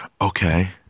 okay